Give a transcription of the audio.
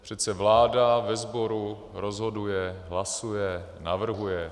Přece vláda ve sboru rozhoduje, hlasuje, navrhuje.